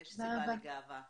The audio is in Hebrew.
יש סיבה לגאווה נוספת.